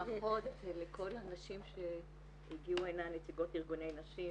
ברכות לכל הנשים שהגיעו הנה: נציגות ארגוני נשים,